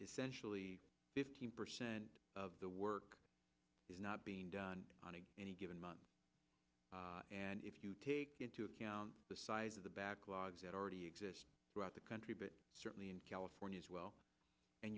essentially fifteen percent of the work is not being done on any given month and if you take into account the size of the backlogs that already exist throughout the country but certainly in california as well and